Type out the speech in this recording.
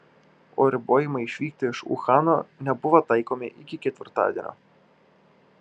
o ribojimai išvykti iš uhano nebuvo taikomi iki ketvirtadienio